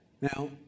Now